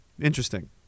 Interesting